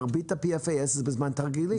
שמרבית ה-PFAS זה בזמן תרגילים.